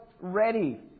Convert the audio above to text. ready